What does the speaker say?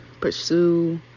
pursue